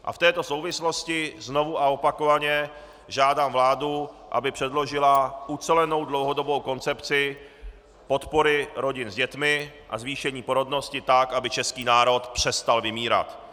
V této souvislosti znovu a opakovaně žádám vládu, aby předložila ucelenou dlouhodobou koncepci podpory rodin s dětmi a zvýšení porodnosti tak, aby český národ přestal vymírat.